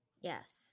Yes